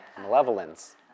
Malevolence